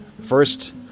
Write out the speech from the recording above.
first